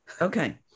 Okay